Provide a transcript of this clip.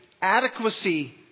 adequacy